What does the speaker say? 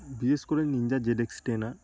বিশেষ করে Ninja Z X ten আর